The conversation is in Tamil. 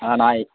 ஆ நான்